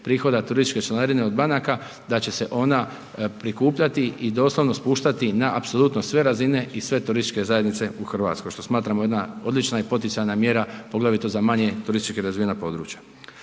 prihoda turističke članarine od banaka, da će se ona prikupljati i doslovno spuštati na apsolutno sve razine i sve turističke zajednice u Hrvatskoj, što smatramo jedna odlična i poticajna mjera, poglavito za manje turistički razvijena područja.